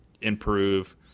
improve